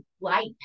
light